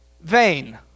Vain